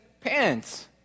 pants